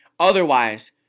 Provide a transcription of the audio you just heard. Otherwise